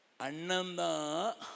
Ananda